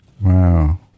Wow